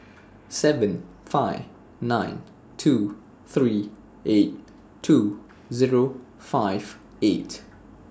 seven five nine two three eight two Zero five eight